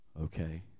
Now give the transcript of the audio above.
Okay